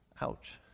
Ouch